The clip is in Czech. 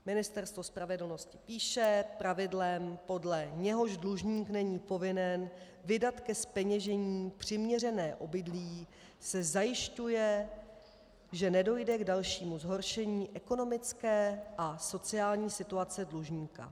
Ministerstvo spravedlnosti píše: Pravidlem, podle něhož dlužník není povinen vydat ke zpeněžení přiměřené obydlí, se zajišťuje, že nedojde k dalšímu zhoršení ekonomické a sociální situace dlužníka.